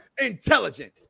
intelligent